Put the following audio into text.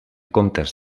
comptes